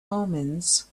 omens